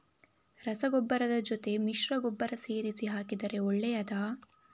ರಸಗೊಬ್ಬರದ ಜೊತೆ ಮಿಶ್ರ ಗೊಬ್ಬರ ಸೇರಿಸಿ ಹಾಕಿದರೆ ಒಳ್ಳೆಯದಾ?